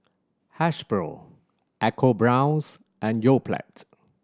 Hasbro ecoBrown's and Yoplait